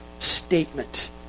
statement